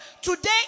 Today